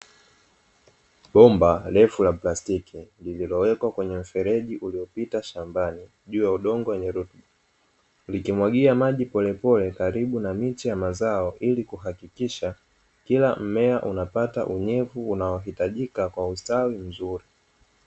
Bomba refu la plastiki lililowekwa kwenye mfereji uliopita shambani juu ya udongo wenye rutuba, likimwagia maji polepole karibu na miche ya mazao ili kuhakikisha kila mmea unapata unyevu unao hitajika kwa ustawi mzuri.